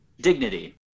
dignity